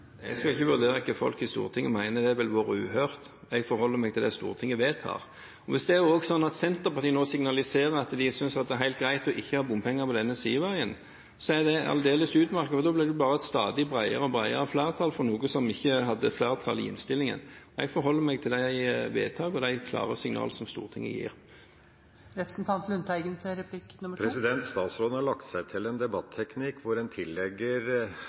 Jeg skal ikke vurdere hva folk i Stortinget mener, det ville vært uhørt. Jeg forholder meg til det Stortinget vedtar. Hvis det også er slik at Senterpartiet nå signaliserer at de synes det er helt greit ikke å ha bompenger på denne sideveien, er det aldeles utmerket, og da blir det bare et stadig bredere og bredere flertall for noe som ikke hadde flertall i innstillingen. Jeg forholder meg til de vedtak og de klare signaler som Stortinget gir. Statsråden har lagt seg til en debatteknikk hvor en tillegger